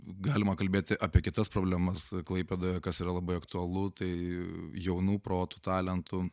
galima kalbėti apie kitas problemas klaipėdoje kas yra labai aktualu tai jaunų protų talentų